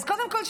אז קודם כול,